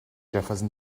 jefferson